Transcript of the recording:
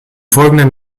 folgenden